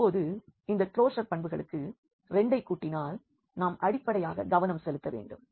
இப்பொழுது இந்த க்ளோஷர் பண்புகளுக்கு 2 ஐ கூட்டினால் நாம் அடிப்படையாக கவனம் செலுத்த வேண்டும்